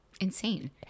Insane